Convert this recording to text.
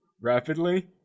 Rapidly